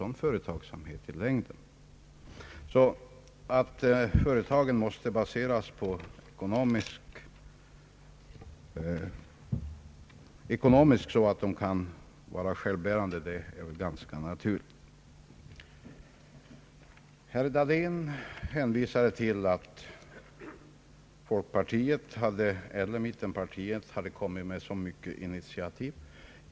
Det är ganska naturligt att företagen måste ha en sådan bas att de kan vara ekonomiskt självbärande. Herr Dahlén hänvisade till att folkpartiet, eller mittenpartierna, hade tagit så många initiativ.